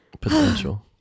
potential